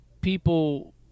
people